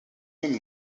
même